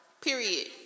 Period